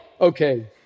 okay